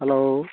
hello